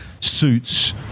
suits